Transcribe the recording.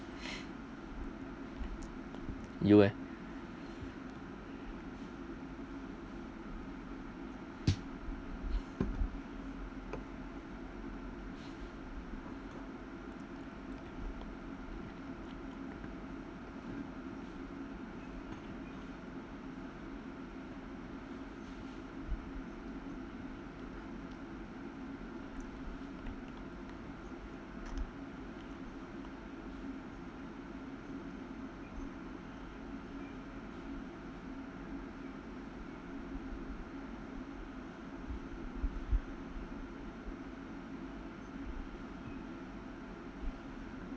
you eh